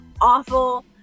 awful